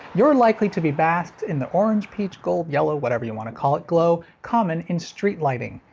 you're likely to be basked in the orange-peach-gold-yellow whatever you want to call it glow common in street lighting.